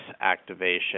activation